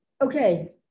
okay